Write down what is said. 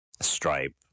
stripe